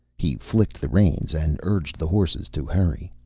he flicked the reins and urged the horses to hurry.